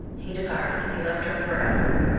he departed he left her forever.